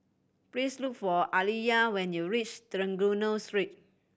please look for Aaliyah when you reach Trengganu Street